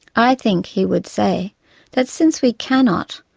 i think he would say that since we cannot,